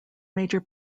major